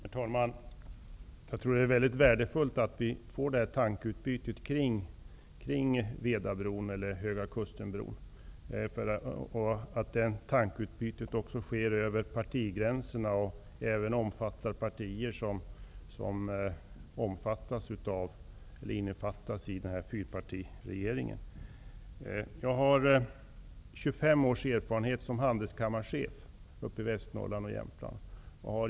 Herr talman! Jag tror att det är mycket värdefullt att vi får detta tankeutbyte kring Vedabron, eller Höga kusten-bron, liksom att tankeutbytet sker utöver partigränserna och även berör partier som innefattas i fyrpartiregeringen. Jag har 25 års erfarenhet som handelskammarchef uppe i Västernorrland och Jämtland.